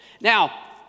Now